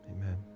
Amen